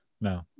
No